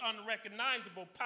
unrecognizable